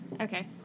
Okay